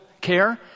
care